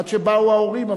עד שבאו ההורים.